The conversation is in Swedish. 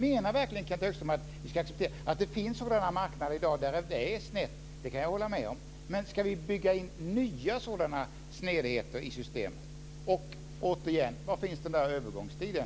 Menar verkligen Kenth Högström att vi ska acceptera det? Att det finns marknader i dag där det är snett kan jag hålla med om, men ska vi bygga in nya sådana snedheter i systemen? Återigen: Var finns den där övergångstiden,